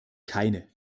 keine